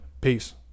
Peace